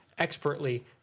expertly